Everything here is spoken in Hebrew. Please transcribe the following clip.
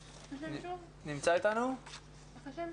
טוב, בבקשה.